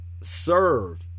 serve